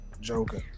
joker